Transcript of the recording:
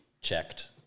checked